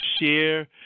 share